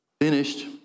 finished